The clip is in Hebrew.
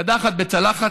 קדחת בצלחת.